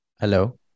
Hello